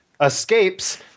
escapes